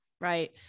right